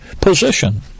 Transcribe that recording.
position